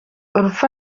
urupfu